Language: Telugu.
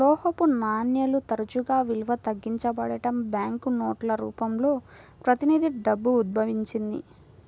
లోహపు నాణేలు తరచుగా విలువ తగ్గించబడటం, బ్యాంకు నోట్ల రూపంలో ప్రతినిధి డబ్బు ఉద్భవించింది